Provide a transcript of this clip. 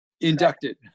Inducted